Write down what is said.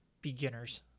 beginners